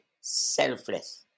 selfless